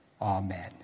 Amen